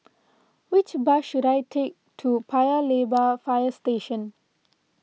which bus should I take to Paya Lebar Fire Station